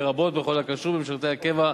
לרבות בכל הקשור במשרתי הקבע,